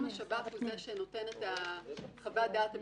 השב"כ הוא זה שנותן את חוות הדעת הביטחונית,